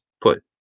put